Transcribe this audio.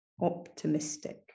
optimistic